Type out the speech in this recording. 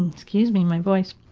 excuse me, my voice.